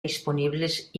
disponibles